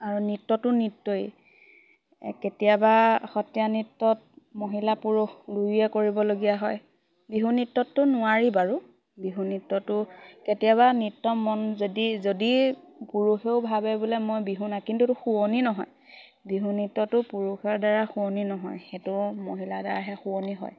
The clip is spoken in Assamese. আৰু নৃত্যটো নৃত্যই কেতিয়াবা সত্ৰীয়া নৃত্যত মহিলা পুৰুষ দুৰুইয়ে কৰিবলগীয়া হয় বিহু নৃত্যতটোো নোৱাৰি বাৰু বিহু নৃত্যটো কেতিয়াবা নৃত্য মন যদি যদি পুৰুষেও ভাবে বোলে মই বিহু নাই কিন্তু শুৱনি নহয় বিহু নৃত্যটো পুৰুষৰ দ্বাৰা শুৱনি নহয় সেইটো মহিলাৰ দ্বাৰাহে শুৱনি হয়